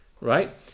right